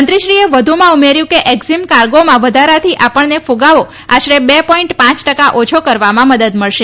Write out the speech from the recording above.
મંત્રીશ્રીએ વધુમાં ઉમેર્યું કે એકઝીમ કાર્ગોમાં વધારાથી આપણને ફગાવો આશરે બે પોઈન્ટ પાંચ ટકા ઓછો કરવામાં મદદ મળશે